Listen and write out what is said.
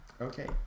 Okay